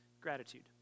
gratitude